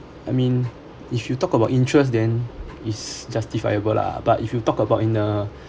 I mean if you talk about interest then is justifiable lah but if you talk about in a